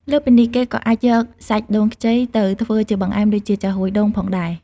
លើសពីនេះ គេក៏អាចយកសាច់ដូងខ្ចីទៅធ្វើជាបង្អែមដូចជា ចាហ៊ួយដូង ផងដែរ។